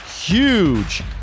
Huge